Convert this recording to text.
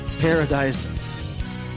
Paradise